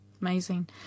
Amazing